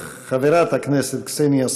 חברת הכנסת קסניה סבטלובה,